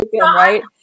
right